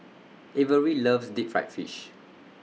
Averie loves Deep Fried Fish